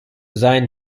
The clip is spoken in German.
seinen